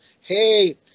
hey